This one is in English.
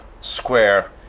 Square